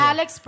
Alex